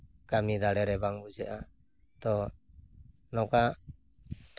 ᱠᱟᱹᱢᱤ ᱫᱟᱲᱮ ᱨᱮ ᱵᱟᱝ ᱵᱩᱡᱷᱟᱹᱜᱼᱟ ᱛᱚ ᱱᱚᱝᱠᱟ